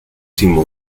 timu